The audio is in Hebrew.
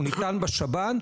הוא ניתן בשב"ן,